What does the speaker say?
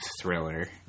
thriller